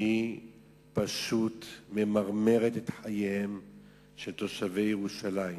היא פשוט ממררת את חייהם של תושבי ירושלים.